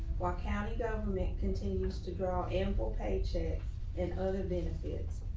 war county government continues to draw ample paychecks and other benefits.